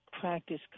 practice